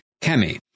kemi